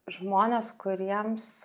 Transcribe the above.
žmonės kuriems